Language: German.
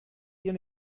ihr